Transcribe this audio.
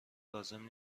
لازم